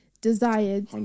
desired